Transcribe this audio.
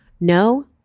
No